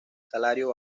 salario